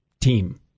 team